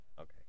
Okay